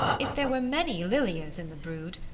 if there were many lilias in the brood,